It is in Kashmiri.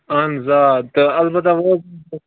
اہن حظ آ تہٕ البتہ ووں